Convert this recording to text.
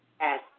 Yes